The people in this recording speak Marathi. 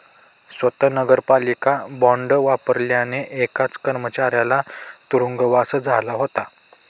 स्वत नगरपालिका बॉंड वापरल्याने एका कर्मचाऱ्याला तुरुंगवास झाला होता